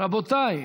רבותיי,